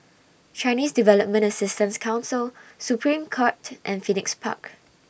Chinese Development Assistance Council Supreme Court and Phoenix Park